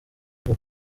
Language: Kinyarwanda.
vuba